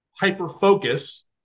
hyper-focus